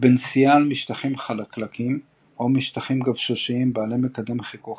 בנסיעה על משטחים חלקלקים או משטחים גבשושיים בעלי מקדם חיכוך